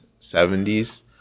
70s